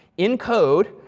in code,